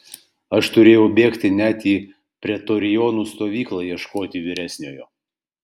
aš turėjau bėgti net į pretorionų stovyklą ieškoti vyresniojo